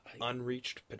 unreached